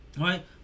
right